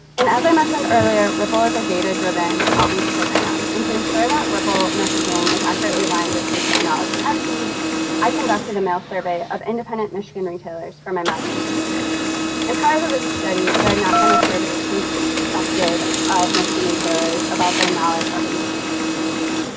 and as i mentioned earlier ripple is a data-driven outreach program and to ensure that ripple messaging is accurately aligned with retailer knowledge and attitudes i conducted a mail survey of independent michigan retailers for my master's research and prior to this study they're not only ah survey conducted of michigan retailers about their knowledge of invasive species